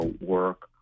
work